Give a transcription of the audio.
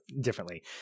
differently